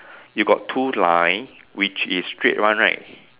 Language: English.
you got two line which is straight one right